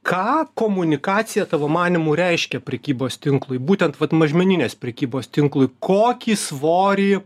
ką komunikacija tavo manymu reiškia prekybos tinklui būtent vat mažmeninės prekybos tinklui kokį svorį